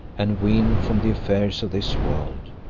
and weaned from the affairs of this world,